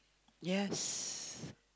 yes